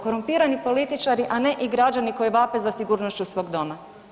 Korumpirani političari, a ne i građani koji vape za sigurnošću svog doma.